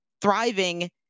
thriving